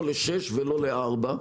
לא לשש ולא לארבע.